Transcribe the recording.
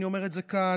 אני אומר את זה כאן,